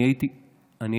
אני הייתי כאן,